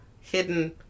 hidden